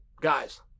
guys